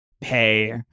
pay